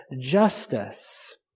justice